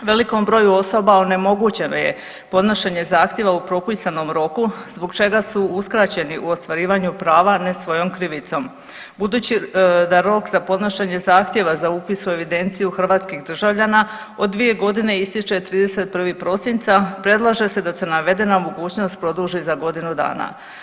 Velikom broju osoba onemogućeno je podnošenje zahtjeva u propisanom roku zbog čega su uskraćeni u ostvarivanju prava ne svojom krivicom budući da rok za podnošenje zahtjeva za upis u evidenciju hrvatskih državljana od 2 godine ističe 31. prosinca predlaže se da se navedena mogućnost produži za godinu dana.